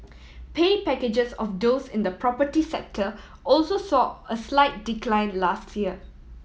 pay packages of those in the property sector also saw a slight decline last year